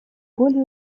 более